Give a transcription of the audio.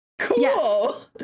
cool